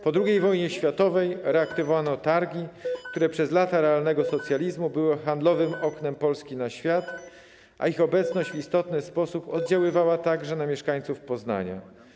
Po II wojnie światowej reaktywowano Targi, które przez lata realnego socjalizmu były handlowym oknem Polski na świat, a ich obecność w istotny sposób oddziaływała także na mieszkańców Poznania.